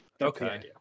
Okay